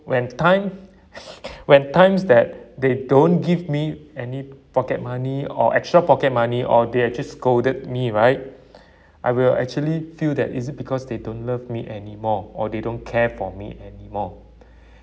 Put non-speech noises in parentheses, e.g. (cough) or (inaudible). when time (laughs) when times that they don't give me any pocket money or extra pocket money or they've just scolded me right (breath) I will actually feel that is it because they don't love me anymore or they don't care for me anymore (breath)